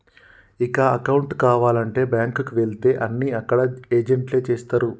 ఇక అకౌంటు కావాలంటే బ్యాంకుకి వెళితే అన్నీ అక్కడ ఏజెంట్లే చేస్తరు